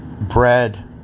Bread